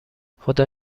خدا